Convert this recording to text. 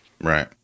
Right